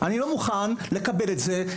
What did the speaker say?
אני לא מוכן לקבל את זה.